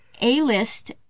A-list